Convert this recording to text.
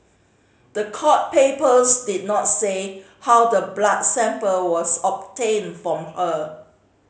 the court papers did not say how the blood sample was obtained from her